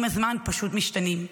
עם הזמן פשוט משתנים.